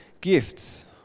gifts